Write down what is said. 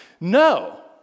no